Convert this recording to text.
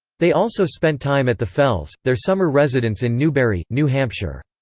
they also spent time at the fells, their summer residence in newbury, new hampshire.